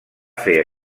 fer